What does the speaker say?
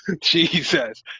jesus